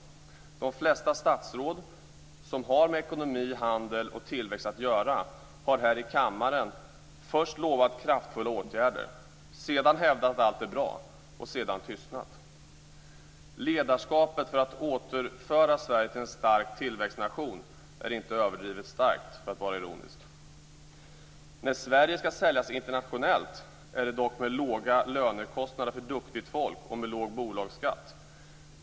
De flesta statsråd som har med ekonomi, handel och tillväxt att göra har här i kammaren först lovat kraftfulla åtgärder, sedan hävdat att allt är bra och sedan tystnat. Ledarskapet för att åter göra Sverige till en stark tillväxtnation är inte överdrivet starkt, för att vara ironisk. När Sverige skall säljas internationellt är det dock med låga lönekostnader för duktigt folk och med låg bolagsskatt.